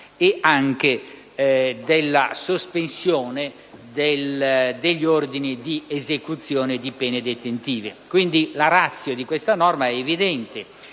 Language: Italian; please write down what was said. e anche della sospensione degli ordini di esecuzione di pene detentive. Quindi, la *ratio* di questa normativa è evidente: